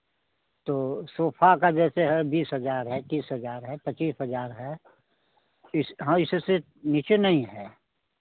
तो सोफा का जैसे है बीस हज़ार है तीस हज़ार है पच्चीस हज़ार है इस हाँ इससे नीचे नहीं है